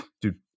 Dude